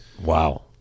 Wow